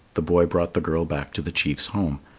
the boy brought the girl back to the chief's home.